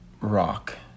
rock